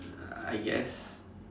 uh I guess